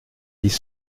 dix